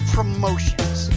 Promotions